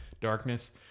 darkness